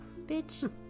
bitch